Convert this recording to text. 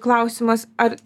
klausimas ar